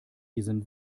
diesen